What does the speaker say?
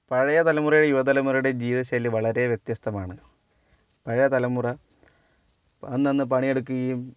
പഴയ തലമുറയും യുവ തലമുറയുടെയും ജീവിത ശൈലി വളരെ വ്യത്യസ്തമാണ് പഴയ തലമുറ അന്നന്ന് പണിയെടുക്കുകയും